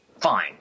Fine